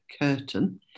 Curtain